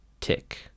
Tick